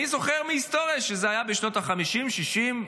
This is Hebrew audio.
אני זוכר מההיסטוריה שזה היה בשנות החמישים והשישים,